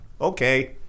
Okay